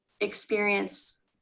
experience